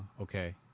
Okay